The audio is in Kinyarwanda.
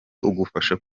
ugufasha